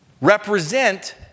represent